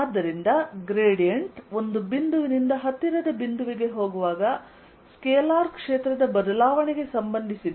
ಆದ್ದರಿಂದ ಗ್ರೇಡಿಯಂಟ್ ಒಂದು ಬಿಂದುವಿನಿಂದ ಹತ್ತಿರದ ಬಿಂದುವಿಗೆ ಹೋಗುವಾಗ ಸ್ಕೇಲಾರ್ ಕ್ಷೇತ್ರದ ಬದಲಾವಣೆಗೆ ಸಂಬಂಧಿಸಿದೆ